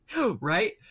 right